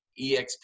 eXp